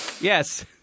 Yes